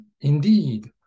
indeed